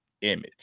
image